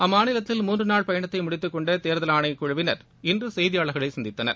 அம்மாநிலத்தில் மூன்று நாள் பயணத்தை முடித்துக் கொண்ட தேர்தல் ஆணையக் குழுவினர் இன்று செய்தியாளர்களை சந்தித்தனர்